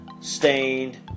Stained